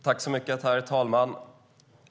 Herr talman!